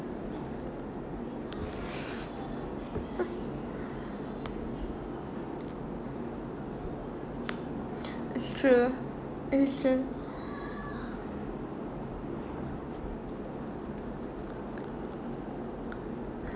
it's true it's true